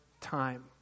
time